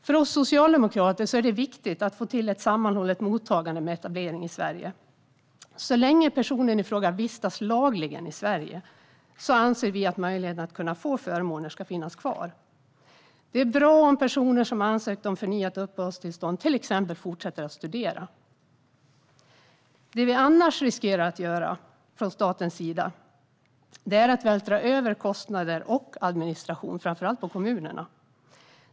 För oss socialdemokrater är det viktigt att få till ett sammanhållet mottagande med etablering i Sverige. Så länge personen i fråga vistas lagligen i Sverige anser vi att möjligheten att få förmåner ska finnas kvar. Det är bra om personer som ansökt om förnyat uppehållstillstånd till exempel fortsätter att studera. Det vi annars riskerar att göra från statens sida är att vältra över kostnader och administration framför allt på kommunerna.